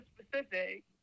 specific